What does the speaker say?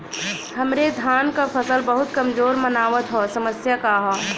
हमरे धान क फसल बहुत कमजोर मनावत ह समस्या का ह?